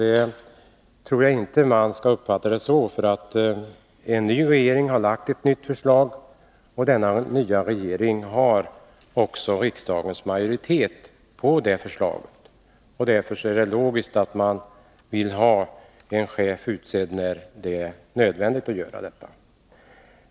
Jag tror inte att man skall ta det så. Den nya regeringen har lagt fram ett nytt förslag, och denna nya regering har också riksdagens majoritet bakom sig. Därför är det logiskt att man vill ha en chef utsedd när det är nödvändigt.